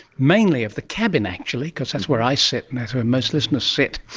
mainly of the cabin actually because that's where i sit and that's where most listeners sit,